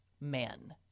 men